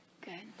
Good